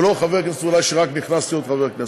ולא חבר כנסת שאולי רק נכנס להיות חבר כנסת.